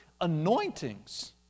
anointings